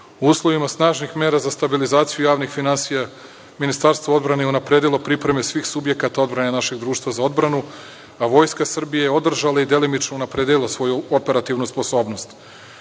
Uslovima snažnih mera za stabilizaciju javnih finansija Ministarstvo odbrane je unapredilo pripreme svih subjekata odbrane našeg društva za odbranu, a Vojska Srbije je održala i delimično unapredila svoju operativnu sposobnost.